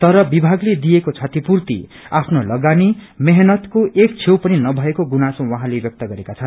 तर विभागले दिएको क्षतिपूर्ति आफ्नो लगातनी मेहनतको एक छेउ पनि प्राप्त नभएको गुनासो उहाँले व्यक्त गरेका छन्